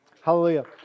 Hallelujah